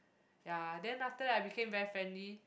ya then after that I became very friendly